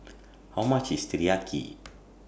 How much IS Teriyaki